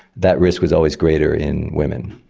that risk was always greater in women.